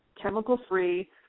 chemical-free